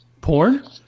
Porn